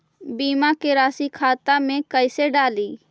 बीमा के रासी खाता में कैसे डाली?